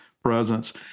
presence